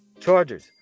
Chargers